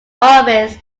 office